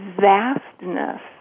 vastness